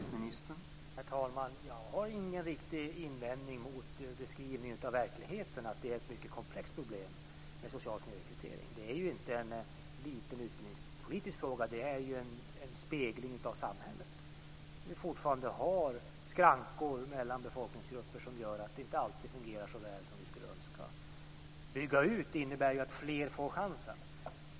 Herr talman! Jag har ingen invändning mot beskrivningen av verkligheten. Social snedrekrytering är ett mycket komplext problem. Det är ju inte någon liten utbildningspolitisk fråga, det är en spegling av samhället. Vi har fortfarande skrankor mellan befolkningsgrupper som gör att det inte alltid fungerar så väl som vi skulle önska. Bygger vi ut innebär ju det att fler får chansen.